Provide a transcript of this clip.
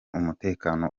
umutekano